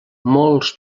molts